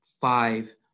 five